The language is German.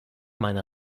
meine